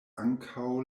ankaŭ